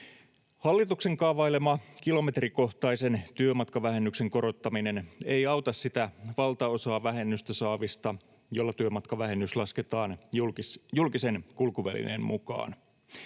Hallituksen kaavailema kilometrikohtaisen työmatkavähennyksen korottaminen ei auta sitä valtaosaa vähennystä saavista, joilla työmatkavähennys lasketaan julkisen kulkuvälineen mukaan.